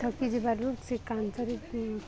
ଠକି ଯିବାରୁୁ ସେ କାଞ୍ଚର